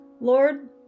lord